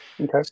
okay